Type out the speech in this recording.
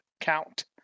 count